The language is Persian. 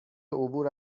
عبور